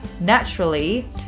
naturally